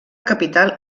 capital